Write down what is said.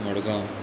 Madgaon